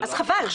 אז חבל.